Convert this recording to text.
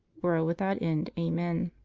world without end. amen.